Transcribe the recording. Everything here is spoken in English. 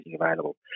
available